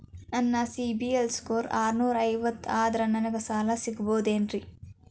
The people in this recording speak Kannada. ನನ್ನ ಸಿಬಿಲ್ ಸ್ಕೋರ್ ಆರನೂರ ಐವತ್ತು ಅದರೇ ನನಗೆ ಸಾಲ ಸಿಗಬಹುದೇನ್ರಿ?